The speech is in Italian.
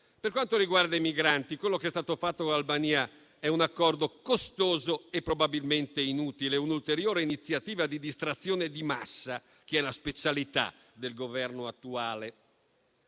Per quanto riguarda i migranti, quello che è stato fatto in Albania è un accordo costoso e probabilmente inutile, un'ulteriore iniziativa di distrazione di massa, che è la specialità del Governo attuale.